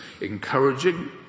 Encouraging